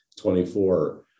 24